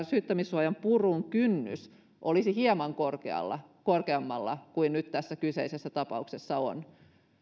syyttämissuojan purun kynnys olisi hieman korkeammalla kuin nyt tässä kyseisessä tapauksessa on